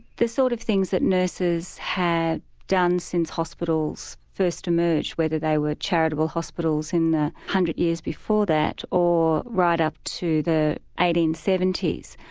the sort of things that nurses had done since hospitals first emerged, whether they were charitable hospitals in the hundred years before that, or right up to the the eighteen seventy s.